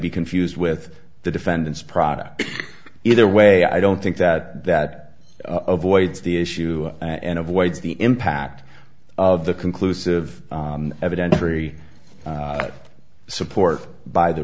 be confused with the defendant's product either way i don't think that that voids the issue and avoids the impact of the conclusive evidence free support by the